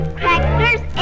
crackers